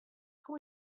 can